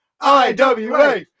iwa